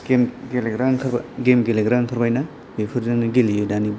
game गेलेग्रा ओंखार game गेलेग्रा ओंखारबायना बेफोरजोंनो गेलेयो दानि